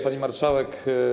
Pani Marszałek!